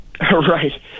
Right